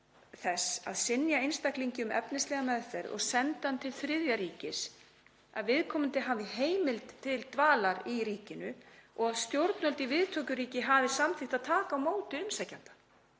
þess að synja einstaklingi um efnislega meðferð og senda hann til þriðja ríkis að viðkomandi hafi heimild til dvalar í ríkinu og að stjórnvöld í viðtökuríki hafi samþykkt að taka á móti umsækjanda.